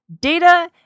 data